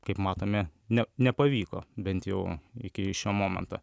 kaip matome ne nepavyko bent jau iki šio momento